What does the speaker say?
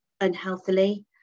unhealthily